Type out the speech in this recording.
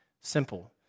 Simple